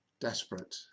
desperate